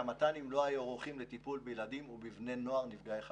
המת"נים לא היו ערוכים לטיפול בילדים ובבני נוער נפגעי חרדה.